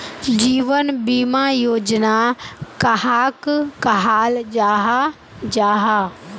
जीवन बीमा योजना कहाक कहाल जाहा जाहा?